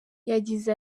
yagize